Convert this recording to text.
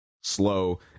slow